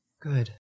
Good